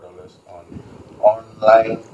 N_T_U_C purchase ya right